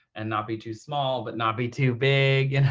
and not be too small, but not be too big. and